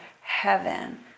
heaven